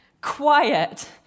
Quiet